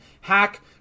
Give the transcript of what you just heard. hack